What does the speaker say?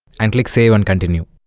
and click save and continue